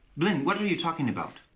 blynn, what are you talking about?